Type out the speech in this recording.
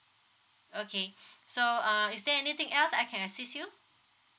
okay so uh is there anything else I can assist you